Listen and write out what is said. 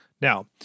Now